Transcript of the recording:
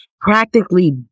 practically